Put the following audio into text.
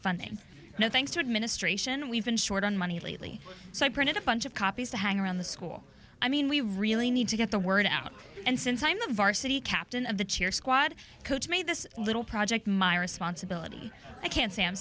now thanks to administration we've been short on money lately so i printed a bunch of copies to hang around the school i mean we really need to get the word out and since i'm a varsity captain of the cheer squad coach me this little project my responsibility i can't say i'm